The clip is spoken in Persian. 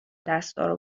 دستهارو